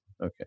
Okay